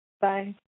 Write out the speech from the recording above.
bye